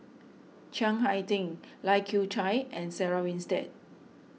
Chiang Hai Ding Lai Kew Chai and Sarah Winstedt